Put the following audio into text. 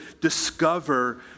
discover